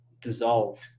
dissolve